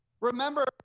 Remember